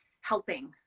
helping